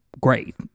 great